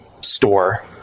store